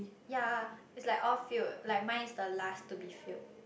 ya it's like all filled like mine is the last to be filled